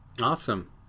Awesome